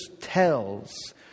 tells